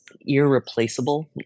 irreplaceable